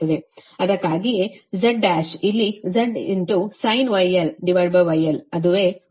ಅದಕ್ಕಾಗಿಯೇ Z1 ಇಲ್ಲಿ Z sinh γl γl ಅದುವೇ Z1